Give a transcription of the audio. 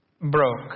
broke